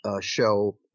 show